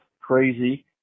crazy